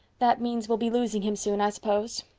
that means we'll be losing him soon, i suppose.